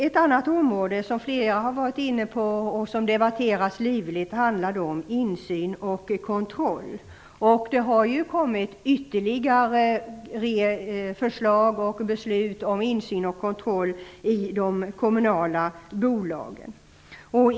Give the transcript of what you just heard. Ett annat område som flera har varit inne på och som har debatterats livligt handlar om insyn och kontroll. Det har kommit ytterligare förslag och beslut om insyn och kontroll i de kommunala bolagen.